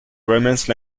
romance